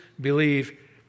believe